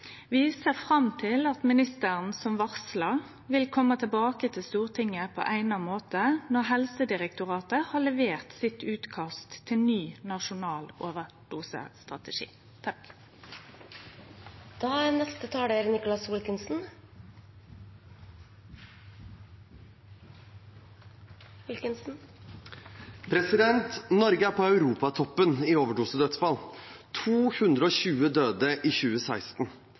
Vi ser fram til at ministeren, som varsla, vil kome tilbake til Stortinget på eigna måte når Helsedirektoratet har levert utkastet sitt til ny nasjonal overdosestrategi. Norge ligger på Europa-toppen i overdosedødsfall: 220 døde i 2016, og det var mange flere narkotikarelaterte dødsfall.